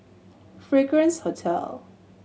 Fragrance Hotel